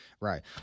Right